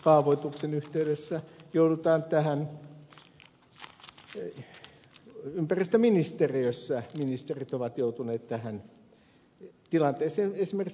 kaavoituksen yhteydessä joudutaan tähän ympäristöministeriössä ministerit ovat joutuneet tähän tilanteeseen esimerkiksi ed